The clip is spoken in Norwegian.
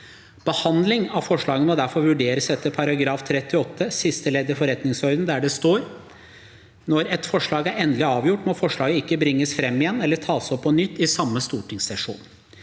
Behandlingen av forslagene må derfor vurderes etter § 38 siste ledd i forretningsordenen, det der står: «Når et forslag er endelig avgjort, må forslaget ikke bringes frem igjen eller tas opp på nytt i samme stortingssesjon.»